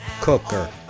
Cooker